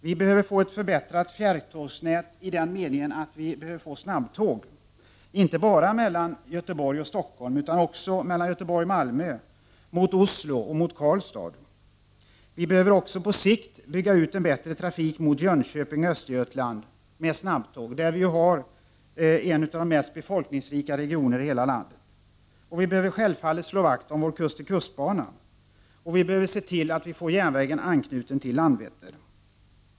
Vi behöver få ett förbättrat fjärrtågsnät med snabbtåg, inte bara mellan Göteborg och Stockholm, utan också från Göteborg mot Malmö, Oslo och Karlstad. Vi behöver också på sikt bygga ut en bättre trafik med snabbtåg mot Jönköping och Östergötland, där vi har en av de befolkningsrikare regionerna i hela landet. Dessutom behöver vi självfallet slå vakt om vår kust till kustbana och se till att vi får järnvägen anknuten till Landvetter.